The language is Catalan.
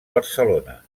barcelona